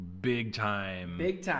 big-time